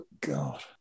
God